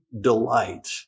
delight